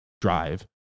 drive